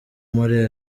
muri